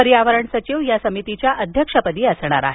पर्यावरण सचिव या समितीच्या अध्यक्षपदी असणार आहेत